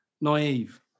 naive